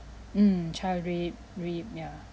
mm child rape rape ya